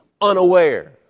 unaware